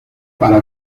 para